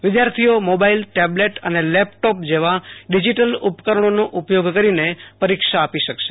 વિદ્યાર્થિઓ mobile tablet અને laptop જેવા digital ઉપકરણોનો ઉપયોગ કરીને પરીક્ષા આપો શકશે